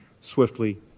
swiftly